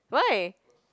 why